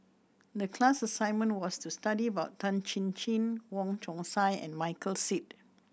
the class assignment was to study about Tan Chin Chin Wong Chong Sai and Michael Seet